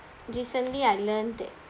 recently I learned that